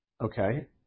Okay